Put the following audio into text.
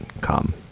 come